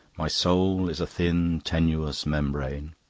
my soul is a thin, tenuous membrane.